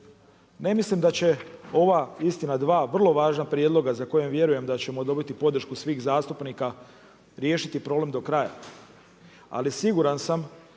Ne mislim da će ova istina dva vrlo važna prijedloga za koja vjerujem da ćemo dobiti podršku svih zastupnika riješiti problem do kraja. Ali siguran sam